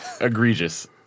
egregious